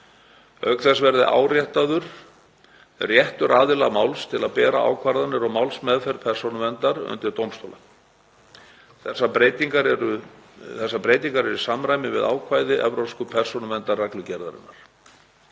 Auk þess verði áréttaður réttur aðila máls til að bera ákvarðanir og málsmeðferð Persónuverndar undir dómstóla. Þessar breytingar eru í samræmi við ákvæði evrópsku persónuverndarreglugerðarinnar.